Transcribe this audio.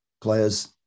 players